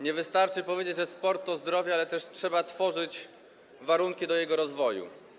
Nie wystarczy powiedzieć, że sport to zdrowie, trzeba tworzyć warunki do jego rozwoju.